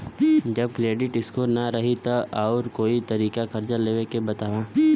जदि credit score ना रही त आऊर कोई तरीका कर्जा लेवे के बताव?